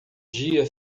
dia